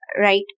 Right